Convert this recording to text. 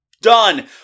Done